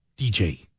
DJ